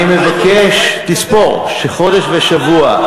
אני מבקש, תספור, חודש ושבוע.